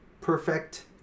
perfect